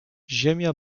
ziemia